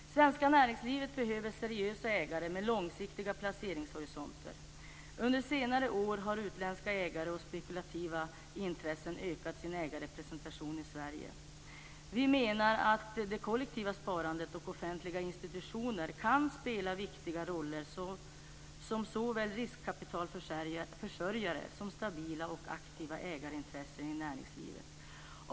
Svenskt näringsliv behöver seriösa ägare med långsiktiga placeringshorisonter. Under senare år har utländska ägare och spekulativa intressen ökat sin ägarrepresentation i Sverige. Vi menar att det kollektiva sparandet och offentliga institutioner kan spela viktiga roller som såväl riskkapitalförsörjare som stabila och aktiva ägarintressen i näringslivet.